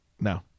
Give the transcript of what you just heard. No